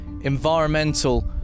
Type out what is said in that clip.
environmental